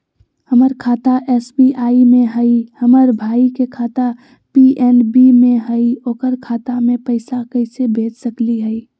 हमर खाता एस.बी.आई में हई, हमर भाई के खाता पी.एन.बी में हई, ओकर खाता में पैसा कैसे भेज सकली हई?